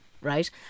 right